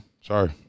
sorry